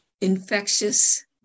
infectious